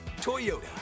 Toyota